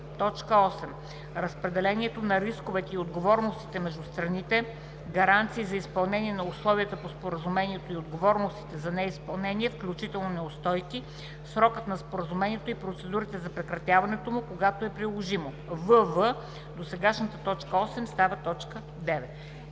т. 8: „8. разпределението на рисковете и отговорностите между страните, гаранции за изпълнение на условията по споразумението и отговорностите за неизпълнение, включително неустойки, срокът на споразумението и процедурите за прекратяването му - когато е приложимо;" вв) досегашната т. 8 става т. 9.“